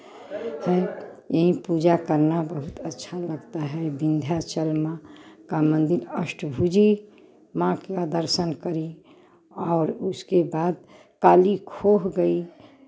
है यहीं पूजा करना बहुत अच्छा लगता है विंध्याचल माँ का मंदिर अष्टभुजी माँ का दर्शन करें और उसके बाद काली खोह गई